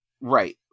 right